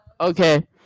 okay